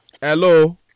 Hello